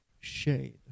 shade